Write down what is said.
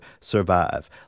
survive